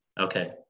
Okay